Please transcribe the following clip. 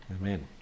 Amen